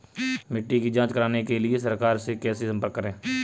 मिट्टी की जांच कराने के लिए सरकार से कैसे संपर्क करें?